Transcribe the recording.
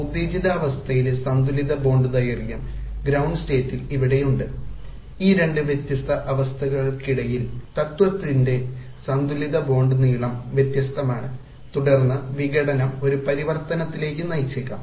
ഉത്തേജിതാവസ്ഥയിലെ സന്തുലിത ബോണ്ട് ദൈർഖ്യം ഗ്രൌണ്ട് സ്റ്റേറ്റിൽ ഇവിടെയുണ്ട് ഈ രണ്ട് വ്യത്യസ്ത അവസ്ഥകൾക്കിടയിൽ തത്വത്തിന്റെ സന്തുലിത ബോണ്ട് നീളം വ്യത്യസ്തമാണ് തുടർന്ന് വിഘടനം ഒരു പരിവർത്തനത്തിലേക്ക് നയിച്ചേക്കാം